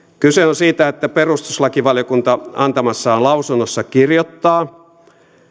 kyse on siitä että perustuslakivaliokunta antamassaan lausunnossa kirjoittaa